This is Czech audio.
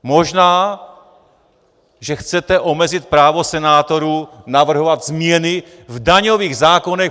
Možná, že chcete omezit právo senátorů navrhovat změny v daňových zákonech.